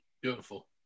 Beautiful